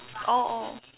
oh oh